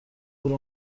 برو